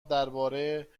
درباره